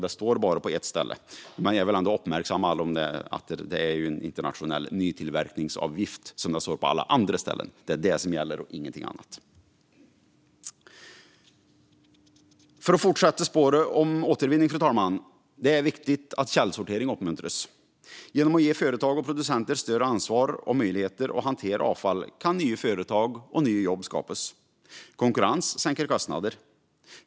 Det står bara på ett ställe, men jag vill ändå uppmärksamma alla på det. Det ska stå internationell nytillverkningsavgift, och det står på alla andra ställen. Det är det som gäller och ingenting annat. Fru talman! Jag ska fortsätta på spåret om återvinning. Det är viktigt att källsortering uppmuntras. Genom att ge företag och producenter större ansvar och möjligheter att hantera avfall kan nya företag och nya jobb skapas. Konkurrens sänker kostnader.